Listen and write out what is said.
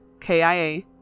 KIA